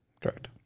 Correct